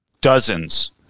dozens